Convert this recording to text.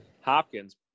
Hopkins